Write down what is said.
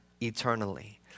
eternally